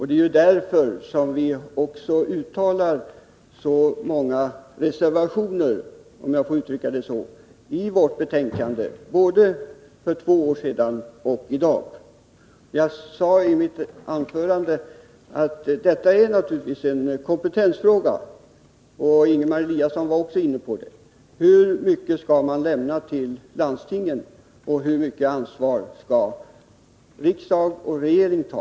Det är därför som vi också har uttalat så många reservationer — om jag får uttrycka det så — i vårt betänkande, både för två år sedan och i dag. Jag sade i mitt anförande att detta naturligtvis är en kompetensfråga. Också Ingemar Eliasson var inne på det. Hur mycket ansvar skall man lämna till landstingen, och hur mycket ansvar skall riksdag och regering ta?